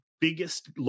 biggest